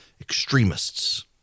extremists